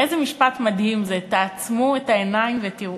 איזה משפט מדהים זה, "תעצמו את העיניים ותראו".